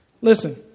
Listen